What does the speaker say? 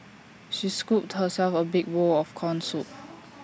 she scooped herself A big bowl of Corn Soup